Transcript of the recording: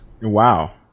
wow